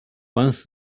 once